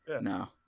No